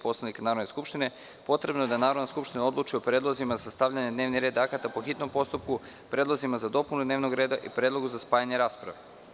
Poslovnika Narodne skupštine, potrebno je da Narodna skupština odluči o predlozima za stavljanje na dnevni red akata po hitnom postupku, predlozima za dopunu dnevnog reda i predlogu za spajanje rasprave.